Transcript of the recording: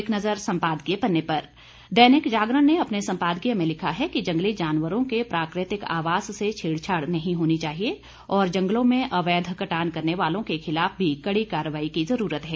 एक नजर संपादकीय पन्ने पर दैनिक जागरण ने अपने संपादकीय में लिखा है कि जंगली जानवरों के प्राकृतिक आवास से छेड़छाड़ नहीं होनी चाहिए और जंगलों में अवैध कटान करने वालों के खिलाफ भी कड़ी कार्रवाई की जरूरत है